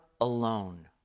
alone